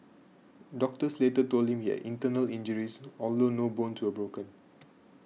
doctors later told him he had internal injuries although no bones were broken